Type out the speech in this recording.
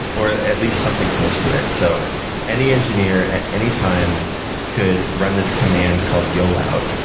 or at least something close to it. so any engineer at any time could run this command called yolout,